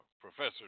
Professor